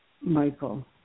Michael